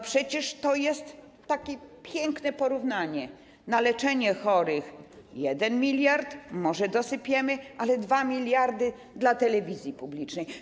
Przecież to jest takie piękne porównanie: na leczenie chorych miliard może dosypiemy, ale damy 2 mld telewizji publicznej.